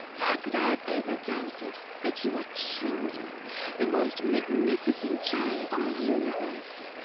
how could i have ever doubted that you are truly the most magnificent child in the universe?